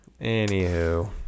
Anywho